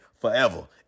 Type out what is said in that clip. forever